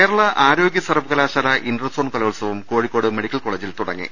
കേരള ആരോഗ്യ സർവകലാശാല ഇന്റർസോൺ കലോത്സവം കോഴിക്കോട് മെഡിക്കൽ കോളജിൽ തുടങ്ങി